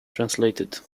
translated